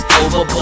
over